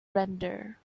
render